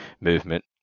movement